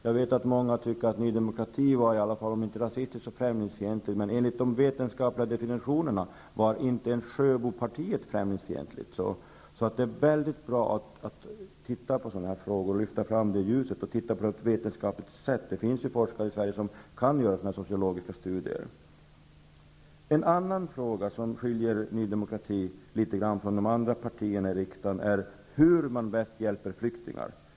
Jag vet att många tycker att Ny demokrati är om inte rasistiskt så i alla fall främlingsfientligt. Men enligt de vetenskapliga definitionerna är inte ens Sjöbopartiet främlingsfientligt. Det är bra att lyfta fram dessa frågor i ljuset och se dem på ett vetenskapligt sätt. Det finns forskare i Sverige som kan göra sådana sociologiska studier. En annan fråga som skiljer Ny demokrati litet från de andra partierna är vår uppfattning om hur man bäst hjälper flyktingar.